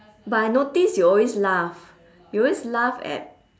but I noticed you always laugh you always laugh at